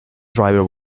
driver